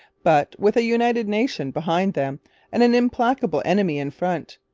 but, with a united nation behind them and an implacable enemy in front,